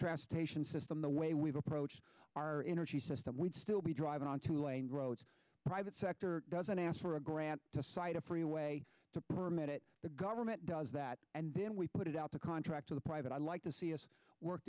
transportation system the way we've approached our energy system we'd still be driving on two lane roads private sector doesn't ask for a grant to site a freeway to permit it the government does that and then we put it out the contract to the private i'd like to see us work